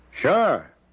Sure